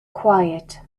quiet